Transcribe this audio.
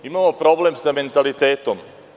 Imamo problem sa mentalitetom.